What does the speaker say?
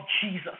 Jesus